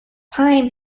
time